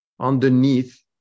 underneath